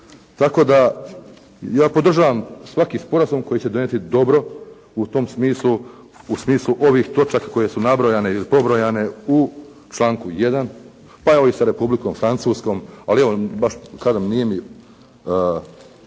tako da ja podržavam svaki sporazum koji će donijeti dobro u tom smislu, u smislu ovih točaka koje su nabrojane ili pobrojane u članku 1. pa evo i sa Republikom Francuskom. Ali evo baš kažem nije mi